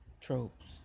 tropes